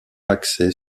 axée